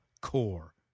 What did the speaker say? core